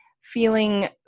feeling